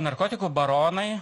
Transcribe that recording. narkotikų baronai